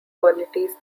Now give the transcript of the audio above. qualities